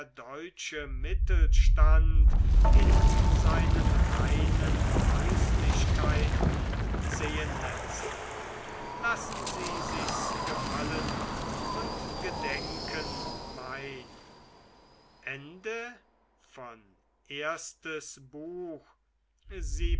deutsche mittelstand in seinen reinen häuslichkeiten sehen läßt lassen sie sich's gefallen und gedenken mein